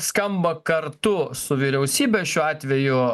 skamba kartu su vyriausybe šiuo atveju